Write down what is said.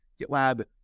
GitLab